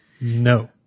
No